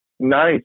Nice